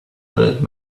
that